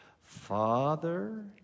Father